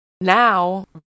now